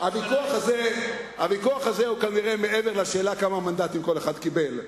הוויכוח הזה הוא כנראה מעבר לשאלה כמה מנדטים כל אחד קיבל,